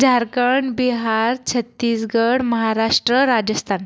Jharkhand Bihar Chhattisgarh Maharashtra Rajasthan